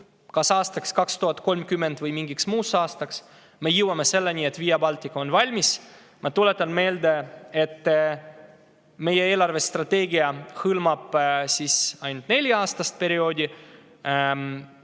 kas aastaks 2030 või mingiks muuks aastaks me jõuame selleni, et Via Baltica on valmis. Ma tuletan meelde, et meie eelarvestrateegia hõlmab ainult nelja-aastast perioodi.